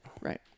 Right